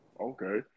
Okay